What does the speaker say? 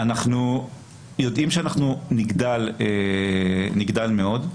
אנחנו יודעים שאנחנו נגדל מאוד,